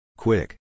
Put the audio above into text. Quick